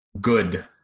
good